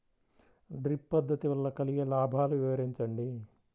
Drip పద్దతి వల్ల కలిగే లాభాలు వివరించండి?